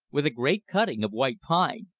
with a great cutting of white pine.